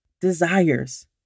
desires